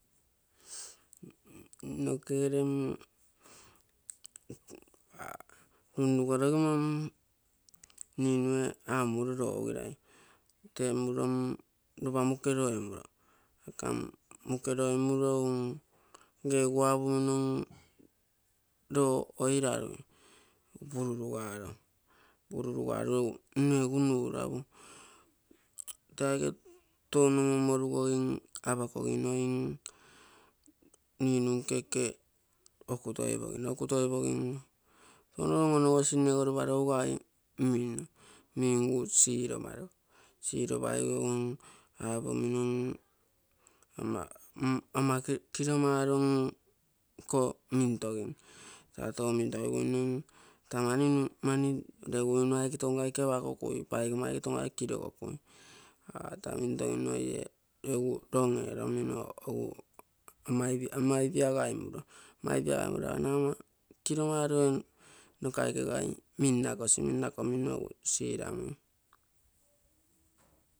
Nokegere mm iun-lugorogimo mm ninue amuro lo ougirai temuro mm lopa mukeroi-muro. Mukeroi-muro mm nege egu apomino lo oirarui, pururugaro nne egu nuro apo, tee aike touno monmorugogin apakoginoi mm mnu nke oke okutoipoiro, okutoipoingu touno on-onogosi nnegu ropa lougai minno, minegu siromaro, siromaipigu egu apomino ama kiromaro iko mintogim, taa tou mintogiguine taa mani regui mu aike tounokaike apakokui. pagomma aike tounokaike kirokogui. An taa mintoginnoie egu wrong eromino egu ama ipiagaimuro. ama ipiagaimuro apomino aga ama kiromaro ee nokaikegai minnakosi, minnakomino egu siramui.